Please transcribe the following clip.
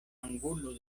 angulo